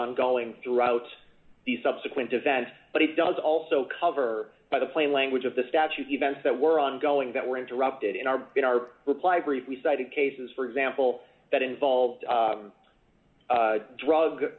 ongoing throughout the subsequent events but it does also cover by the plain language of the statute events that were ongoing that were interrupted in our in our reply brief we cited cases for example that involve